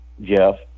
Jeff